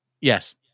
Yes